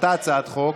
אותה הצעת חוק.